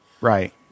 Right